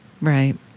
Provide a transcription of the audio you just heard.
right